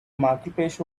marketplace